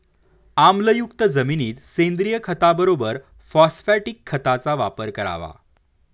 आम्लयुक्त जमिनीत सेंद्रिय खताबरोबर फॉस्फॅटिक खताचा वापर करावा